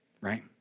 right